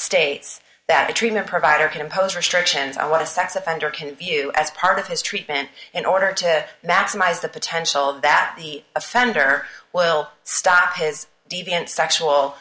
states that a treatment provider can impose restrictions on what a sex offender can view as part of his treatment in order to maximize the potential of that the offender will stop his deviant sexual